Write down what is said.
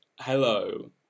Hello